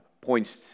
points